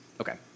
Okay